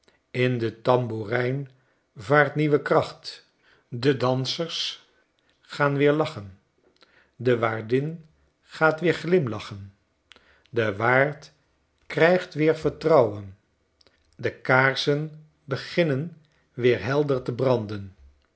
in de tamboerijn vaart nieuwe kracht de dansers gaan weer lachen de waardingaat weer glimlachen de waard krijgt weer vertrouwen de kaarsen beginnen weer helderte branden